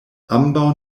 ambaŭ